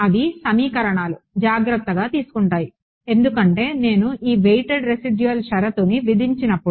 అవి సమీకరణాలు జాగ్రత్త తీసుకుంటాయి ఎందుకంటే నేను ఈ వెయిట్ద్ రెసిడ్యూల్ షరతుని విధించినప్పుడు